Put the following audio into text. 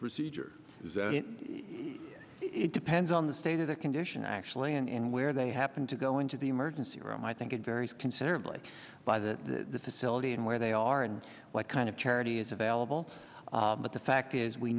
procedure it depends on the state of the condition actually and where they happen to go into the emergency room i think it varies considerably by that the facility and where they are and what kind of charity is available but the fact is we